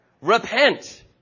Repent